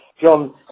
John